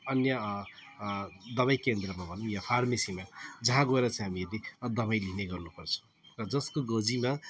अन्य दबाई केन्द्रमा भनौँ वा फार्मेसीमा जहाँ गएर चाहिँ हामी यदि दबाई लिने गर्नु पर्छ र जसको गोजीमा